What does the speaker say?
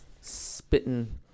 spitting